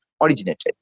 originated